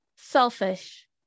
Selfish